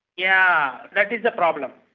yeah, that is the problem.